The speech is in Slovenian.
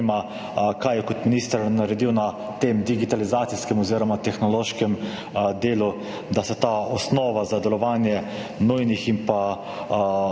Kaj ste kot minister naredili na tem digitalizacijskem oziroma tehnološkem delu, da se ta osnova za delovanje nujnih in pa